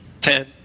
ten